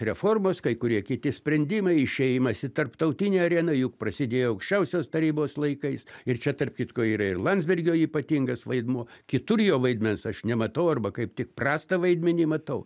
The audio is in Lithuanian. reformos kai kurie kiti sprendimai išėjimas į tarptautinę areną juk prasidėjo aukščiausios tarybos laikais ir čia tarp kitko yra ir landsbergio ypatingas vaidmuo kitur jo vaidmens aš nematau arba kaip tik prastą vaidmenį matau